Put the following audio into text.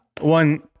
one